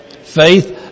Faith